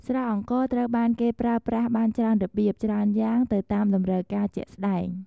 ស្រាអង្ករត្រូវបានគេប្រើប្រាស់បានច្រើនរបៀបច្រើនយ៉ាងទៅតាមតម្រូវការជាក់ស្ដែង។